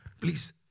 Please